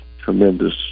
tremendous